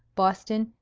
boston,